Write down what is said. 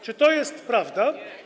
Czy to jest prawda?